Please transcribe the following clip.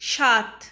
সাত